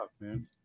man